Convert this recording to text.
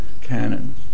canon